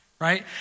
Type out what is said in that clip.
right